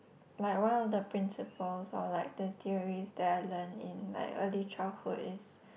like one of the principles or like the theories that I learn in like early childhood is